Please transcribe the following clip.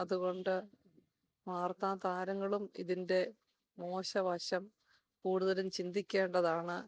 അതുകൊണ്ട് വാർത്താ താരങ്ങളും ഇതിൻ്റെ മോശവശം കൂടുതലും ചിന്തിക്കേണ്ടതാണ്